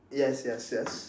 yes yes yes